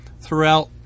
throughout